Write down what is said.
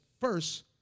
first